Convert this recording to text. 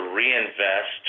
reinvest